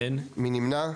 מי נמנע?